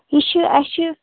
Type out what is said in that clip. یہِ چھُ اَسہِ چھُ